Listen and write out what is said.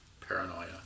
paranoia